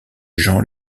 jean